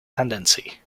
tendency